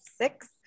six